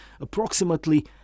approximately